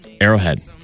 Arrowhead